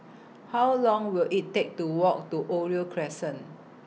How Long Will IT Take to Walk to Oriole Crescent